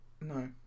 no